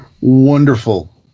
wonderful